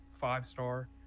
five-star